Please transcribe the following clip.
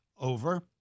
over